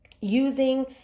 Using